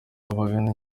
abagana